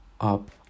up